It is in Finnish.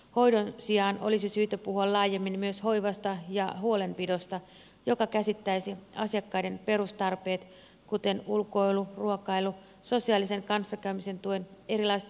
hoidon sijaan olisi syytä puhua laajemmin myös hoivasta ja huolenpidosta joka käsittäisi asiakkaiden perustarpeet kuten ulkoilun ruokailun sosiaalisen kanssakäymisen tuen erilaiset aktiviteetit ja kuntoutuksen